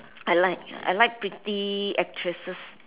I like I like pretty actresses